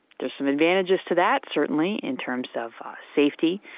there are some advantages to that certainly in terms of safety,